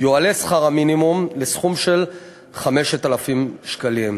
יועלה שכר המינימום לסכום של 5,000 שקלים.